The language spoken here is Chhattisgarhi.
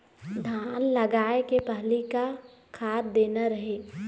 धान लगाय के पहली का खाद देना रही?